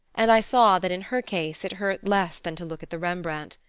and i saw that, in her case, it hurt less than to look at the rembrandt.